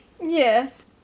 Yes